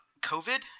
COVID